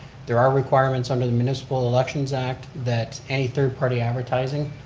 there are requirements under the municipal elections act that any third-party advertising,